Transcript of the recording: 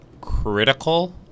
critical